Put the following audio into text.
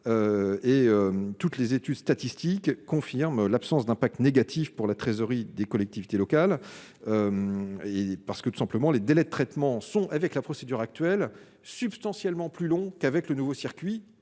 et toutes les études statistiques confirment l'absence d'impact négatif pour la trésorerie des collectivités locales, parce que tout simplement les délais de traitement sont avec la procédure actuelle substantiellement plus long qu'avec le nouveau circuit,